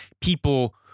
people